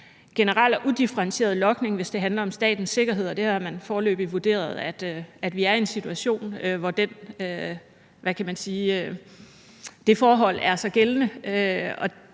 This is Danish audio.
generel og udifferentieret logning, hvis det handler om statens sikkerhed, og der har man foreløbig vurderet, at vi er i en situation, hvor det forhold er gældende.